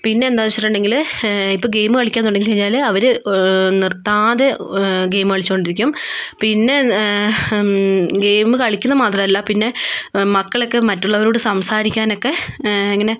പിന്നെന്താണെന്ന് വെച്ചിട്ടുണ്ടെങ്കില് ഇപ്പോൾ ഗെയിം കളിയ്ക്കാൻ തുടങ്ങിക്കഴിഞ്ഞാല് അവര് നിർത്താതെ ഗെയിം കളിച്ച് കൊണ്ടിരിക്കും പിന്നെ ഗെയിം കളിക്കുന്നത് മാത്രമല്ല പിന്നെ മക്കളൊക്കെ മറ്റുള്ളവരോട് സംസാരിക്കാനൊക്കെ എങ്ങനെ